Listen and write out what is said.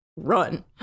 run